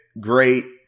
great